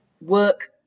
work